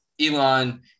Elon